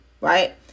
right